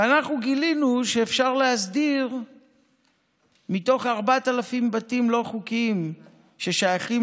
ואנחנו גילינו שמתוך 4,000 בתים לא חוקיים ששייכים